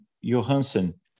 Johansson